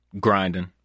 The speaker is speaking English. Grinding